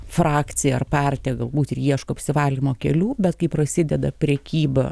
frakcija ar partija galbūt ir ieško apsivalymo kelių bet kai prasideda prekyba